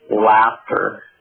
laughter